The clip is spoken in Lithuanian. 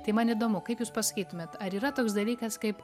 tai man įdomu kaip jūs pasakytumėt ar yra toks dalykas kaip